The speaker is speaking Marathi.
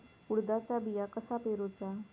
उडदाचा बिया कसा पेरूचा?